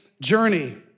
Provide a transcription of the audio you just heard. journey